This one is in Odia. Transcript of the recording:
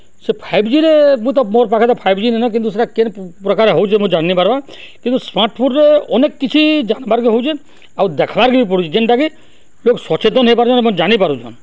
ସେ ଫାଇଭ୍ ଜିରେ ମୁଇଁ ତ ମୋର୍ ପାଖେ ତ ଫାଇ୍ ଜି ନିନ କିନ୍ତୁ ସେଟା କେନ୍ ପ୍ରକାରେ ହଉଚେ ମୁଇଁ ଜାନି ନି ପାର୍ବାର୍ କିନ୍ତୁ ସ୍ମାର୍ଟ୍ ଫୋନ୍ରେ ଅନେକ୍ କିଛି ଜାନ୍ବାର୍କେ ହଉଛେ ଆଉ ଦେଖ୍ବାର୍କେ ବି ପଡ଼ୁଛେ ଯେନ୍ଟାକି ଲୋକ୍ ସଚେତନ୍ ହେଇପାରୁଚନ୍ ଏବଂ ଜାନିପାରୁଚନ୍